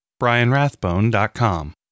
brianrathbone.com